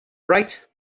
bright